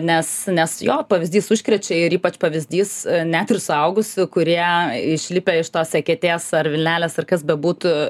nes nes jo pavyzdys užkrečia ir ypač pavyzdys net ir suaugusių kurie išlipę iš tos eketės ar vilnelės ar kas bebūtų